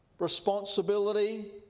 responsibility